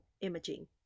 imaging